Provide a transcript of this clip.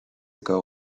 ago